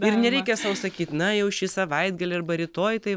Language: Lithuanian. ir nereikia sau sakyt na jau šį savaitgalį arba rytoj tai